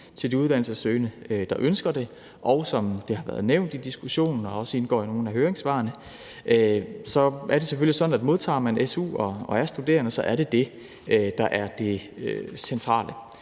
til de uddannelsessøgende, der ønsker det. Som det har været nævnt i diskussionen og også indgår i nogle af høringssvarene, er det selvfølgelig sådan, at modtager man su og er studerende, er det det, der er det centrale,